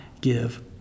give